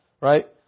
right